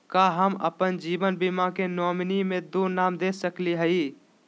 का हम अप्पन जीवन बीमा के नॉमिनी में दो नाम दे सकली हई?